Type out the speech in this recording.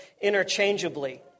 interchangeably